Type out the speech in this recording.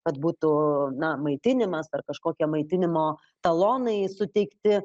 kad būtų na maitinimas ar kažkokie maitinimo talonai suteikti